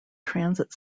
transit